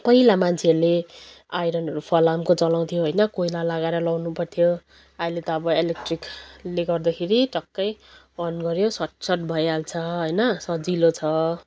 पहिला मान्छेहरूले आइरनहरू फलामको चलाउँथ्यो होइन कोइला लगाएर लाउनुपऱ्थ्यो अहिले त अब इलेक्ट्रिकले गर्दाखेरि टक्कै अन गऱ्यो सटसट भइहाल्छ होइन सजिलो छ